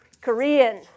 Korean